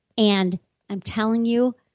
and i'm telling you,